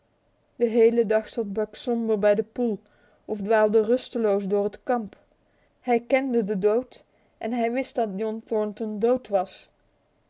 de hele dag zat buck somber bij de poel of dwaalde rusteloos door het kamp hij kende den dood en hij wist dat john thornton dood was